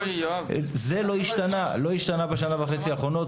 זה לא השתנה בשנה וחצי האחרונות,